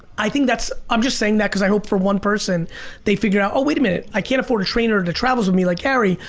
i think that's, i'm just saying that. cause i hope for one person they figure out, oh wait a minute. i can't afford a trainer that travels with me like garry,